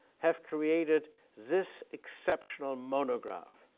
have created this exceptional monograph,